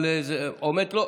אנחנו קובעים,